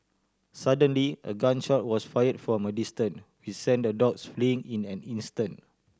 suddenly a gun shot was fired from a distance which sent the dogs fleeing in an instant